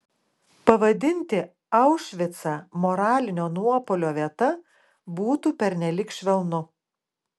pavadinti aušvicą moralinio nuopuolio vieta būtų pernelyg švelnu